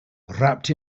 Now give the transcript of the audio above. wrapped